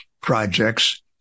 projects